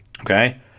okay